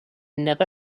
never